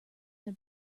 may